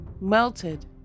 melted